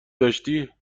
داشتی